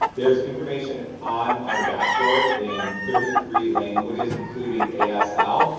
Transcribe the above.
there's information on our dashboard in thirty three languages, including asl,